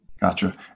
Gotcha